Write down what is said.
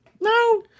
No